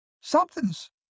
Something's